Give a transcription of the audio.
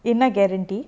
innner guarantee